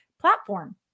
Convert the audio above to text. platform